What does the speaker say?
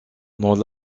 dans